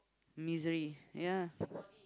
misery ya